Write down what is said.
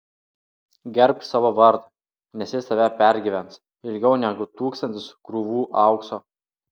gerbk savo vardą nes jis tave pergyvens ilgiau negu tūkstantis krūvų aukso